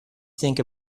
think